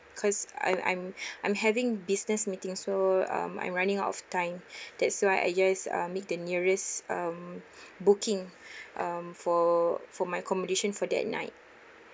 cause I'm I'm I'm having business meeting so um I'm running out of time that's why I just uh made the nearest um booking um for for my accommodation for that night